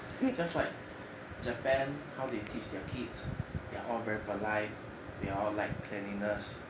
just like japan how they teach their kids they're all very polite they are all like cleanliness